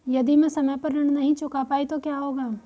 यदि मैं समय पर ऋण नहीं चुका पाई तो क्या होगा?